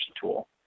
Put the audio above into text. tool